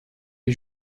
est